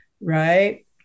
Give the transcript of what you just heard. right